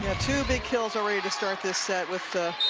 two big kills already to start this set with